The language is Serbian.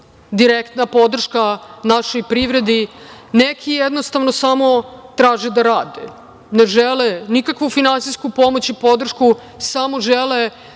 direktna podrška našoj privredi. Neki jednostavno samo traže da rade. Ne žele nikakvu finansijsku pomoć i podršku, samo žele